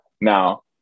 Now